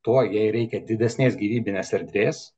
tuo jai reikia didesnės gyvybinės erdvės